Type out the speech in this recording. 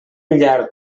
llarg